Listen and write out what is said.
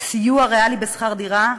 סיוע ריאלי בשכר דירה),